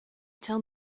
tell